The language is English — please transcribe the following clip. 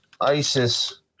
ISIS